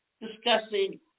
discussing